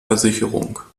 versicherung